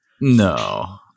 no